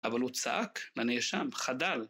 אבל הוא צעק לנאשם, חדל.